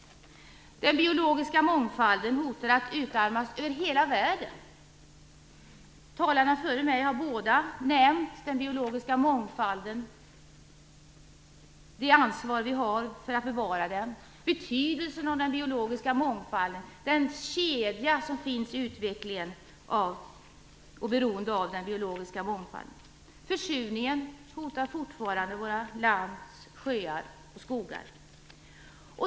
Den biologiska mångfalden riskerar att utarmas över hela världen. Talarna före mig har båda nämnt den biologiska mångfalden, det ansvar vi har för att bevara den, betydelsen av den biologiska mångfalden, den kedja som finns i utvecklingen och beroendet av den biologiska mångfalden. Försurningen hotar fortfarande vårt lands sjöar och skogar.